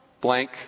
blank